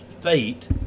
fate